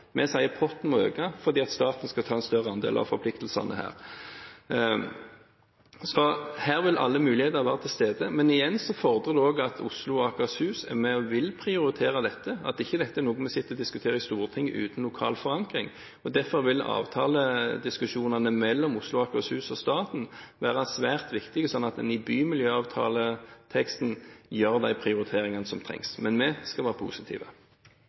Vi sier at potten må økes, fordi staten skal ta en større andel av forpliktelsene her. Her vil alle muligheter være til stede. Men igjen fordrer det at Oslo og Akershus vil prioritere dette, at dette ikke er noe vi diskuterer i Stortinget, uten lokal forankring. Derfor vil avtalediskusjonene mellom Oslo og Akershus og staten være svært viktig, slik at en i bymiljøavtaleteksten foretar de prioriteringene som trengs. Vi skal være positive.